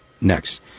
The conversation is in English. next